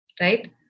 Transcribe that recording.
right